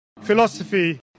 Philosophy